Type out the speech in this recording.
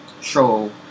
show